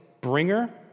bringer